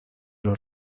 los